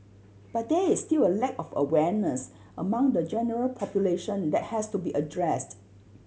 but there is still a lack of awareness among the general population that has to be addressed